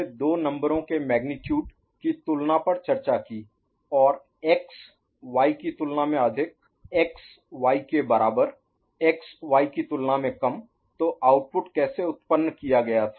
तो हमने दो नंबरों के मेग्नीट्यूड Magnitude परिमाण की तुलना पर चर्चा की और एक्स वाई की तुलना में अधिक एक्स वाई के बराबर एक्स वाई की तुलना में कम तो आउटपुट कैसे उत्पन्न किया गया था